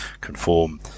conform